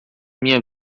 minha